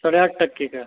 साडे आठ टक्के का